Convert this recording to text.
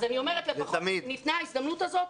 אני אומרת שלפחות ניתנה ההזדמנות הזאת,